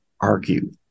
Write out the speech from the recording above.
argue